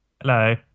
Hello